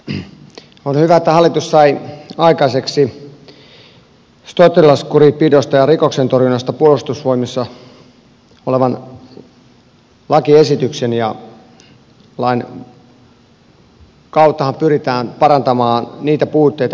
on hyvä että hallitus sai aikaiseksi sotilaskurinpidosta ja rikoksentorjunnasta puolustusvoimissa olevan lakiesityksen ja lain kauttahan pyritään parantamaan niitä puutteita mitkä on havaittu